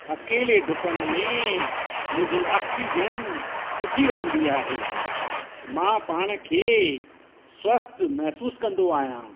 अकेले डुकण में मुहिंजी आक्सीजन सुठी रहिंदी आहे मां पाण खे स्वस्थ्यु महिसूसु कंदो आहियां